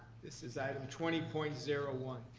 this is item twenty point zero one.